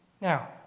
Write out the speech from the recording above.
Now